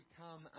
come